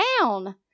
down